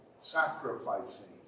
sacrificing